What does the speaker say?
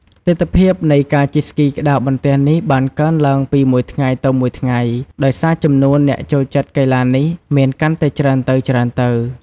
ទិដ្ឋភាពនៃការជិះស្គីក្ដារបន្ទះនេះបានកើនឡើងពីមួយថ្ងៃទៅមួយថ្ងៃ ដោយសារចំនួនអ្នកចូលចិត្តកីឡានេះមានកាន់តែច្រើនទៅៗ។